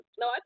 no